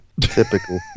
Typical